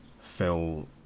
fill